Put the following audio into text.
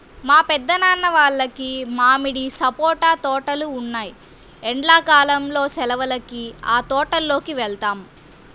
మా పెద్దనాన్న వాళ్లకి మామిడి, సపోటా తోటలు ఉన్నాయ్, ఎండ్లా కాలం సెలవులకి ఆ తోటల్లోకి వెళ్తాం